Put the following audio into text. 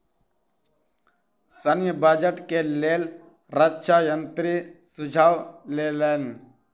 सैन्य बजट के लेल रक्षा मंत्री सुझाव लेलैन